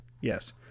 Yes